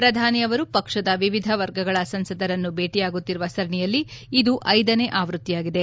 ಪ್ರಧಾನಿಯವರು ಪಕ್ಷದ ವಿವಿಧ ವರ್ಗಗಳ ಸಂಸದರನ್ನು ಭೇಟಿಯಾಗುತ್ತಿರುವ ಸರಣಿಯಲ್ಲಿ ಇದು ಐದನೇ ಆವೃತ್ತಿಯಾಗಿದೆ